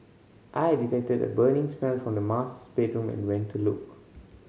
I detected a burning smell from the master bedroom and went to look